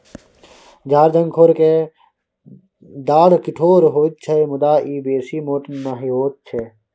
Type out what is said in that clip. झार झंखोर केर डाढ़ि कठोर होइत छै मुदा ई बेसी मोट नहि होइत छै